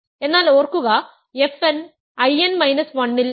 എന്നാൽ ഓർക്കുക fn In 1 ൽ അല്ല